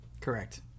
correct